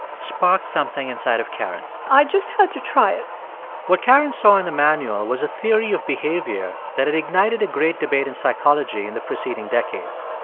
sparked something inside of karen i just had to try it what karen saw in the manual was a theory of behavior that had ignited a great debate in psychology in the preceding decades.